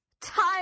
time